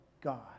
God